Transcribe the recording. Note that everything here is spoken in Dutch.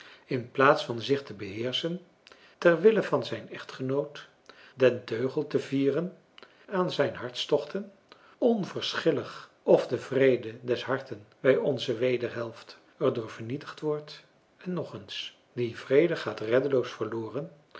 in plaats van zich te beheerschen ter wille van zijn echtgenoot den teugel te vieren aan zijn hartstochten onverschillig of de vrede des harten bij onze wederhelft er door vernietigd wordt en nog eens die vrede gaat reddeloos verloren